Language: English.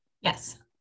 Yes